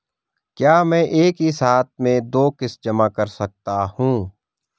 क्या मैं एक ही साथ में दो किश्त जमा कर सकता हूँ?